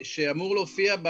שאמור להופיע,